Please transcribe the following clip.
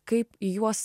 kaip į juos